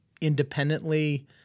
independently